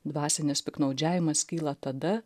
dvasinis piktnaudžiavimas kyla tada